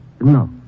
No